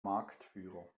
marktführer